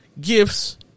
gifts